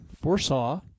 foresaw